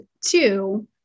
two